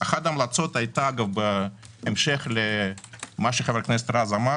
אחת ההמלצות היתה בהמשך למה שחבר הכנסת רז אמר